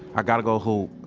i gotta go hoop